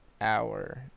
Hour